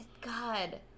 God